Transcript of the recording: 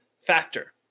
factor